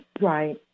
Right